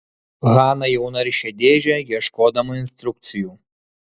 hana jau naršė dėžę ieškodama instrukcijų